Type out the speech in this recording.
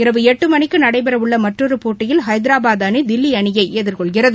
இரவு எட்டு மணிக்கு நடைபெறவுள்ள மற்றொரு போட்டியில் ஹைதராபாத் அணி தில்லி அணியை எதிர்கொள்கிறது